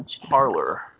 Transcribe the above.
parlor